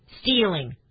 stealing